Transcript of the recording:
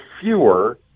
fewer